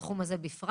בתחום הזה בפרט.